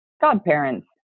godparents